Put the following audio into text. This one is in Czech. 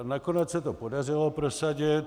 Nakonec se to podařilo prosadit.